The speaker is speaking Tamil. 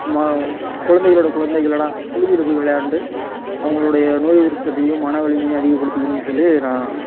மா குழந்தைகளோட குழந்தைகளடா புழுதியில போய் விளையாண்டு அவங்களுடைய நோய் எதிர்ப்பு சக்தியும் மன வலிமையும் அதிகப்படுத்திக்குணுன்னு சொல்லி நான்